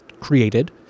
created